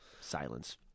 Silence